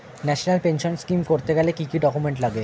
National pension scheme করতে গেলে কি কি ডকুমেন্ট লাগে?